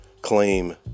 claim